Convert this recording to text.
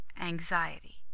Anxiety